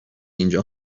اینجا